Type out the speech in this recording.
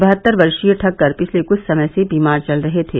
बहत्तर वर्षीय ठक्कर पिछले कुछ समय से बीमार चल रहे थे